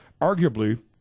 arguably